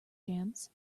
jams